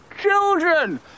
children